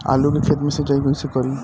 आलू के खेत मे सिचाई कइसे करीं?